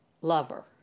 lover